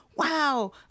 Wow